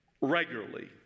regularly